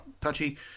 touchy